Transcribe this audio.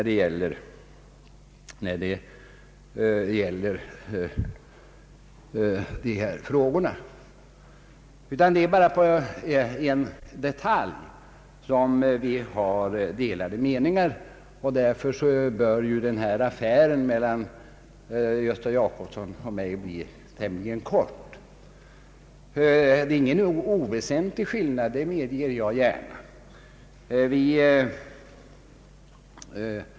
Det är bara i fråga om en detalj som vi har delade meningar. Därför bör denna affär mellan herr Gösta Jacobsson och mig bli tämligen kort. Det är ingen oväsentlig skillnad, det medger jag gärna.